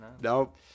Nope